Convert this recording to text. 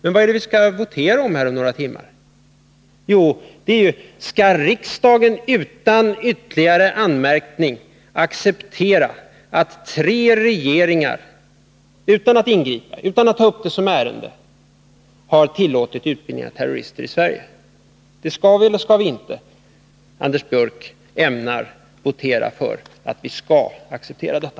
Men vad är det vi skall votera om här om några timmar? Jo, det är: Skall riksdagen utan ytterligare anmärkning acceptera att tre regeringar utan att ingripa, utan att ta upp det som ärende, har tillåtit utbildning av terrorister i Sverige? Skall vi eller skall vi inte? Anders Björck ämnar votera för att vi skall acceptera detta.